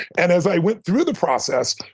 and as i went through the process,